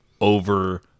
over